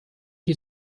die